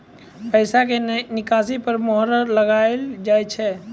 पैसा के निकासी पर मोहर लगाइलो जाय छै